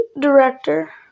director